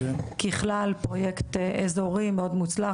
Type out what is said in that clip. ככלל, פרויקט אזורים מאוד מוצלח.